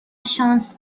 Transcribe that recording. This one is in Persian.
شانس